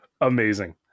Amazing